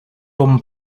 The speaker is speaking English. rum